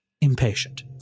impatient